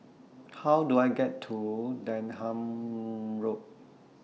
How Do I get to Denham Road